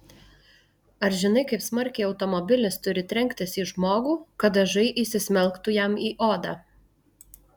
ar žinai kaip smarkiai automobilis turi trenktis į žmogų kad dažai įsismelktų jam į odą